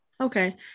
Okay